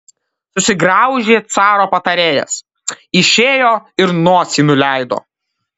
susigraužė caro patarėjas išėjo ir nosį nuleido